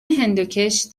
هندوکش